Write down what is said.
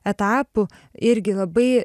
etapų irgi labai